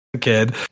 kid